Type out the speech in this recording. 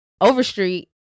Overstreet